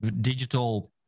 digital